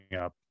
up